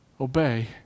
obey